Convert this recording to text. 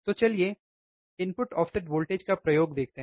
तो चलिए input offset voltage का प्रयोग देखते हैं